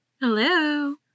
Hello